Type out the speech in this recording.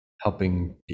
helping